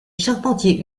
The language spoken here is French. charpentiers